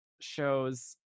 shows